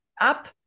up